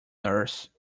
nurse